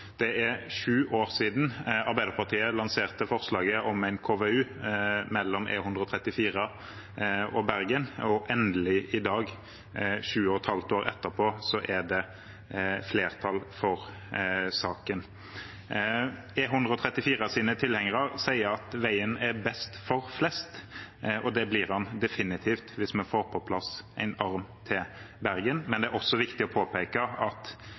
dag, sju og et halvt år etterpå, er det flertall for saken. E134s tilhengere sier at veien er best for flest. Det blir den definitivt hvis vi får på plass en arm til Bergen, men det er også viktig å påpeke at